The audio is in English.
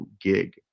gig